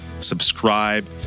subscribe